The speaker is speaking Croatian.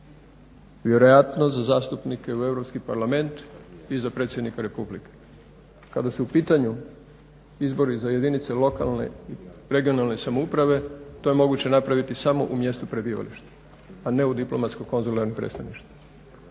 vjerojatno za zastupnike u EU parlament i za predsjednika Republike. Kada su u pitanju izbori za jedinice lokalne, regionalne samouprave to je moguće napraviti samo u mjestu prebivališta, a ne u diplomatsko-konzularnim predstavništvima.